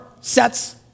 sets